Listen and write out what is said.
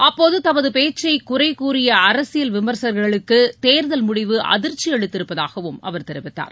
அப்போது தமது பேச்சை குறை கூறிய அரசியல் விமர்சகர்களுக்கு தேர்தல் முடிவுகள் அதிர்ச்சி அளித்திருப்பதாகவும் அவர் தெரிவித்தார்